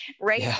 right